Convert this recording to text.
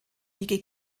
die